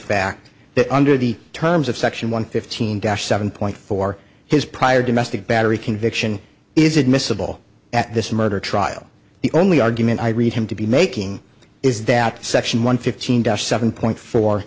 fact that under the terms of section one fifteen dash seven point four his prior domestic battery conviction is admissible at this murder trial the only argument i read him to be making is that section one fifteen seven point four